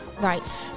Right